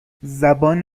زبان